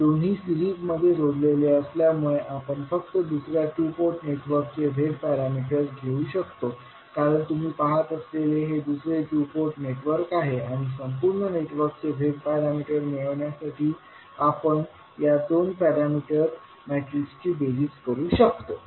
हे दोन्ही सीरिजमध्ये जोडलेले असल्यामुळे आपण फक्त दुसर्या टू पोर्ट नेटवर्क चे z पॅरामीटर्स घेऊ शकतो कारण तुम्ही पाहत असलेले हे दुसरे टू पोर्ट नेटवर्क आहे आणि संपूर्ण नेटवर्कचे z पॅरामीटर मिळविण्यासाठी आपण या दोन z पॅरामीटर मेट्रिक्सची बेरीज करू शकतो